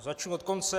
Začnu od konce.